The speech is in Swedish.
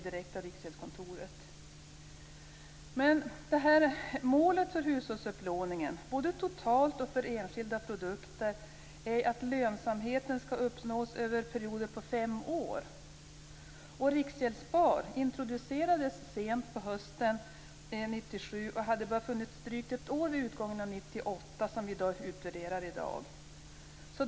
Det är ungefär Målet för hushållsupplåningen, både totalt och för enskilda produkter, är att lönsamhet skall uppnås över perioder på fem år. Riksgäldsspar introducerades sent på hösten 1997 och hade bara funnits i drygt ett år vid utgången av 1998 - som vi nu utvärderar i dag.